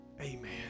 Amen